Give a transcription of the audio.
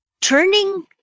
turning